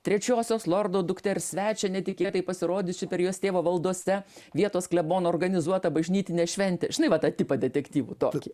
trečiosios lordo dukters svečią netikėtai pasirodysiu per jos tėvo valdose vietos klebono organizuotą bažnytinę šventę žinai va tą tipą detektyvų tokį